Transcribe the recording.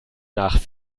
nach